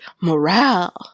morale